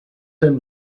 him